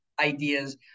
ideas